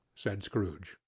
said scrooge,